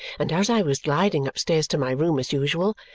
and as i was gliding upstairs to my room as usual,